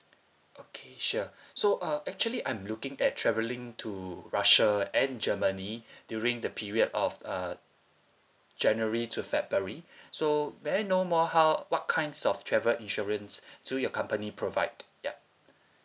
okay sure so uh actually I'm looking at travelling to russia and germany during the period of uh january to february so may I know more how what kinds of travel insurance do your company provide ya